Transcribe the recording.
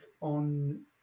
on